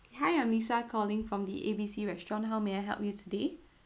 hi I'm lisa calling from the A B C restaurant how may I help you today